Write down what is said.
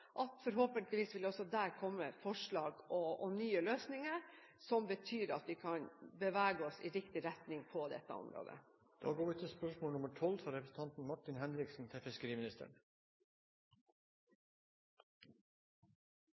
Forhåpentligvis vil det også der komme forslag og nye løsninger som betyr at vi kan bevege oss i riktig retning på dette området. «Sjømatnæringa er viktig for distriktene. Det forventes en betydelig vekst fram til